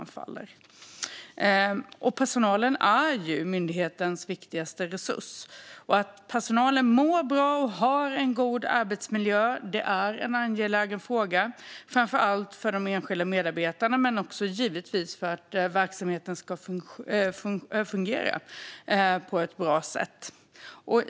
Personalen är ju myndighetens viktigaste resurs. Att personalen mår bra och har en god arbetsmiljö är en angelägen fråga, framför allt för de enskilda medarbetarna men givetvis också för att verksamheten ska fungera på ett bra sätt.